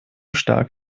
stark